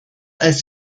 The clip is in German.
als